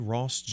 Ross